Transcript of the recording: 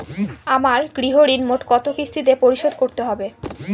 আমার গৃহঋণ মোট কত কিস্তিতে পরিশোধ করতে হবে?